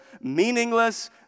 meaningless